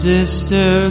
Sister